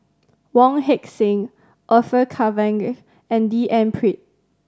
Wong Heck Sing Orfeur Cavenagh and D N Pritt